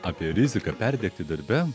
apie riziką perdegti darbe